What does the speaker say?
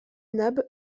nab